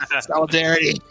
solidarity